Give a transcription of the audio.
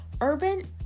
urban